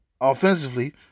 offensively